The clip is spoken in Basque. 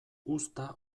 uzta